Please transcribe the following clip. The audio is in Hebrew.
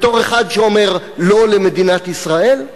בתור אחד שאומר לא למדינת ישראל?